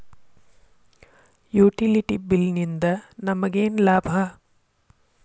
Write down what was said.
Utility bill ನಿಂದ್ ನಮಗೇನ ಲಾಭಾ?